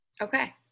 Okay